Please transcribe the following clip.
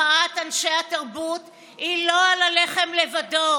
מחאת אנשי התרבות היא לא על הלחם לבדו,